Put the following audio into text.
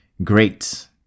great